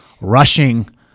rushing